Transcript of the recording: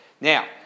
Now